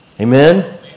Amen